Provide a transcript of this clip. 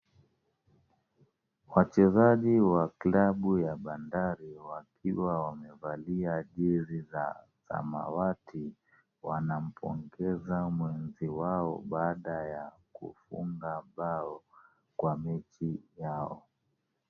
Wachezaji wa klabu ya Bandari wakiwa wamevalia jezi za samawati wanampongeza mwenzi wao baada ya kufunga bao kwa mechi yao.